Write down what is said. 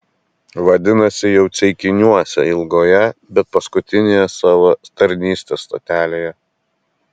vadinasi jau ceikiniuose ilgoje bet paskutinėje savo tarnystės stotelėje